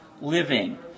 living